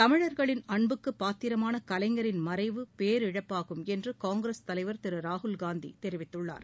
தமிழ்களின் அன்புக்கு பாத்திரமான கலைஞரின் மறைவு பேரிழப்பாகும் என்று காங்கிரஸ் தலைவா் திரு ராகுல்காந்தி தெரிவித்துள்ளார்